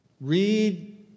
Read